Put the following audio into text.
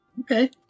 Okay